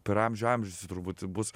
per amžių amžius jis turbūt bus